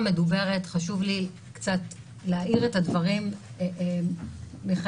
חשוב לי קצת להאיר את הדברים לגבי ההסכמה המדוברת